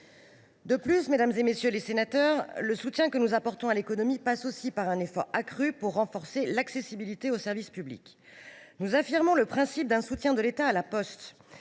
une partie des surcoûts d’électricité. Le soutien que nous apportons à l’économie passe aussi par un effort accru pour renforcer l’accessibilité aux services publics. Nous affirmons le principe d’un soutien de l’État à La Poste